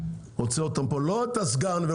לא את הסגן,